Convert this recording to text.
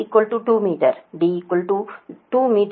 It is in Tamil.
எனவே இது d 2 மீட்டர் d 2 மீட்டர்